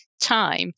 time